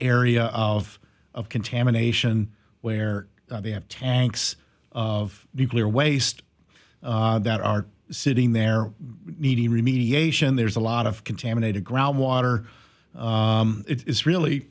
area of of contamination where they have tanks of nuclear waste that are sitting there needing remediation there's a lot of contaminated ground water it's really